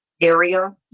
area